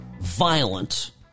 violent